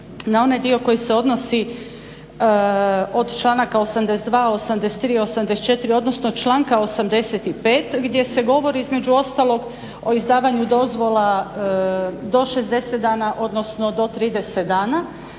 na onaj dio koji se odnosi od članaka 82., 83., 84., odnosno članka 85. gdje se govori između ostalog o izdavanju dozvola do 60 dana, odnosno do 30 dana,